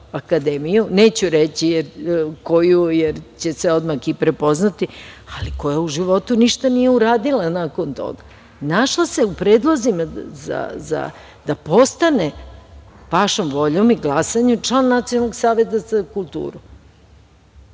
neću reći koju, jer će se odmah i prepoznati, ali koja u životu ništa nije uradila nakon toga. Našla se u predlozima da postane, vašom voljom i glasanjem, član Nacionalnog saveta za kulturu.